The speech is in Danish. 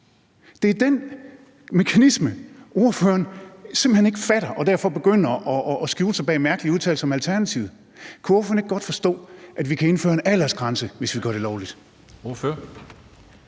Det er den mekanisme, ordføreren simpelt hen ikke fatter, og derfor begynder man at skjule sig bag mærkelige udtalelser om Alternativet. Kan ordføreren ikke godt forstå, at vi kan indføre en aldersgrænse, hvis vi gør det lovligt?